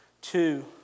two